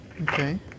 Okay